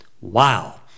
Wow